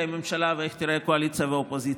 הממשלה ואיך ייראו הקואליציה והאופוזיציה.